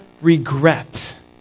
regret